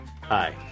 Hi